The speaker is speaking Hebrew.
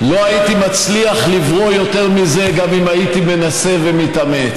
לא הייתי מצליח לברוא יותר מזה גם אם הייתי מנסה ומתאמץ.